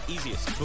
Easiest